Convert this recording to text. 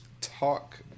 talk